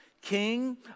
King